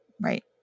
Right